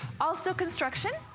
all steel construction.